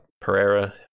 Pereira